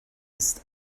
ist